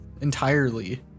entirely